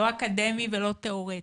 לא אקדמי ולא תיאורטי,